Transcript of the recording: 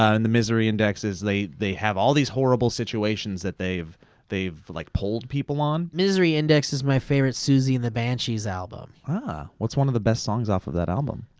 ah in the misery indexes they they have all these horrible situations that they've they've like polled people on. misery index is my favorite siouxsie and the banshees album. ah what's one of the best songs off of that album?